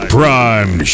Prime